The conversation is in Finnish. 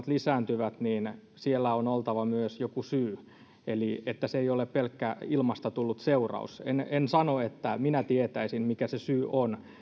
mielenterveysongelmat lisääntyvät niin siellä on oltava myös joku syy eli se ei ole pelkkä ilmasta tullut seuraus en en sano että minä tietäisin mikä se syy on